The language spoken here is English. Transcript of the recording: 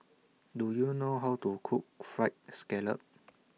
Do YOU know How to Cook Fried Scallop